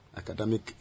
academic